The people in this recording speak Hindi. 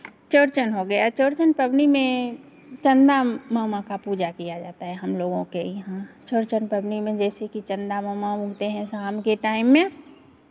चौरचन हो गया चौरचन पवनी में चंदा मामा का पूजा किया जाता है हमलोगों के यहां चौरचन पवनी में जैसे की चंदा मामा उगते हैं शाम के टाइम में